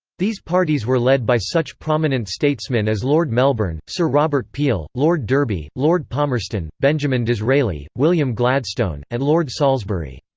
these parties were led by such prominent statesmen as lord melbourne, sir robert peel, lord derby, lord palmerston, benjamin disraeli, william gladstone, and lord salisbury.